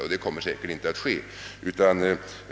På det sättet kommer det säkerligen inte att bli.